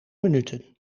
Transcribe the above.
minuten